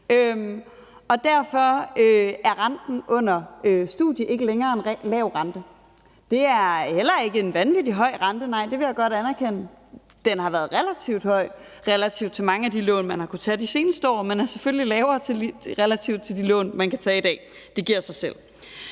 Derfor er renten under studiet ikke længere en lav rente. Det er heller ikke en vanvittig høj rente. Det vil jeg godt anerkende. Den har været relativt høj sammenlignet medmange af de lån, man kunne have taget de seneste år, men den er selvfølgelig lavere sammenlignet med de lån, man kan tage i dag. Det giver sig selv.